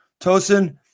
Tosin